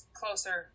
closer